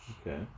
Okay